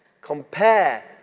compare